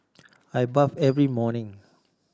I bathe every morning